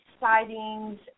sightings